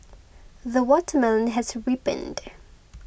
the watermelon has ripened